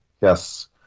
Yes